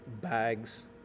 bags